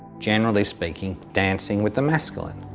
generally speaking, dancing with the masculine.